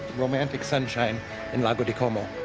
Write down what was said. romantic sunshine in lago di como.